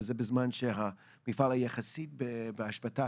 וזה בזמן שהמפעל יחסית בהשבתה.